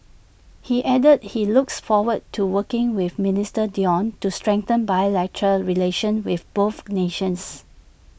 he added that he looks forward to working with minister Dion to strengthen bilateral relations between both nations